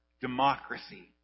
democracy